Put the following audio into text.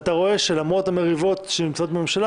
ואתה רואה שלמרות המריבות שנמצאות בממשלה